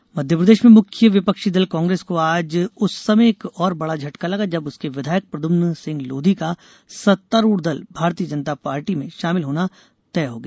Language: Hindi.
कांग्रेस मध्यप्रदेश में मुख्य विपक्षी दल कांग्रेस को आज उस समय एक और बड़ा झटका लगा जब उसके विधायक प्रद्यम्न सिंह लोधी का सत्तारूढ़ दल भारतीय जनता पार्टी भाजपा में शामिल होना तय हो गया